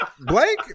Blake